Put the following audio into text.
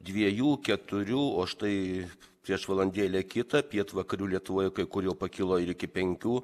dviejų keturių o štai prieš valandėlę kitą pietvakarių lietuvoje kai kur jau pakilo ir iki penkių